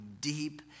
deep